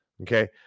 Okay